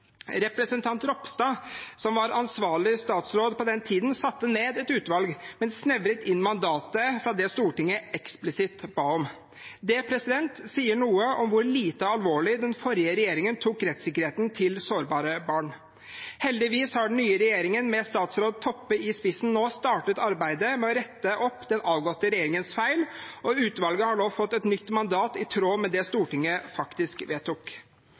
Ropstad, som var ansvarlig statsråd på den tiden, satte ned et utvalg, men snevret inn mandatet fra det Stortinget eksplisitt ba om. Det sier noe om hvor lite alvorlig den forrige regjeringen tok rettssikkerheten til sårbare barn. Heldigvis har den nye regjeringen med statsråd Toppe i spissen nå startet arbeidet med å rette opp den avgåtte regjeringens feil, og utvalget har nå fått et nytt mandat i tråd med det Stortinget faktisk vedtok.